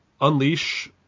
Unleash